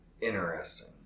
interesting